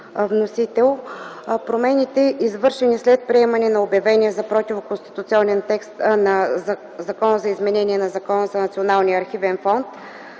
вносител. Промените, извършени след приемане на обявения за противоконституционен текст на Закона за изменение на Закона за Националния архивен фонд,